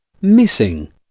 Missing